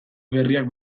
berriak